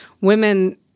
women